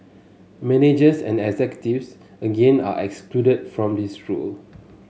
managers and executives again are excluded from this rule